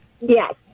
Yes